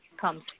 comes